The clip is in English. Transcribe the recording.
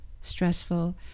stressful